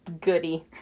goody